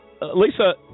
Lisa